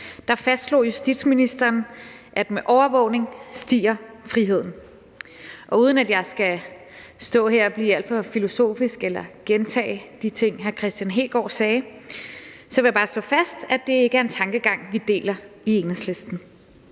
fastslog justitsministeren, at med overvågning stiger friheden. Og uden at jeg skal stå her og blive alt for filosofisk eller gentage de ting, hr. Kristian Hegaard sagde, vil jeg bare slå fast, at det ikke er en tankegang, vi deler i Enhedslisten.